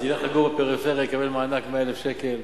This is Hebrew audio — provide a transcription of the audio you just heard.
אז ילך לגור בפריפריה, יקבל מענק 100,000 שקל.